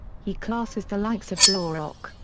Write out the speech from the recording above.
he classes the likes of blaurock,